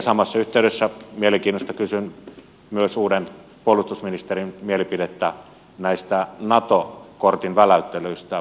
samassa yhteydessä mielenkiinnosta kysyn myös uuden puolustusministerin mielipidettä näistä nato kortin väläyttelyistä